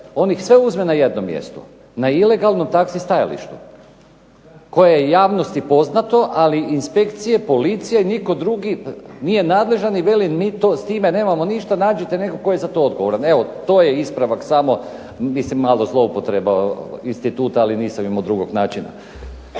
On ih sve uzme na jednom mjestu, na ilegalnom taksi stajalištu, koje je javnosti poznato, ali inspekcije, policije i nitko drugi nije nadležan i velim mi to s time nemamo ništa, nađite nekog tko je za to odgovoran. Evo to je ispravak samo, mislim malo zloupotreba instituta, ali nisam imao drugog načina.